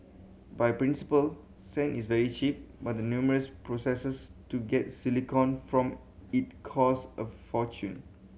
by principle sand is very cheap but the numerous processes to get silicon from it cost a fortune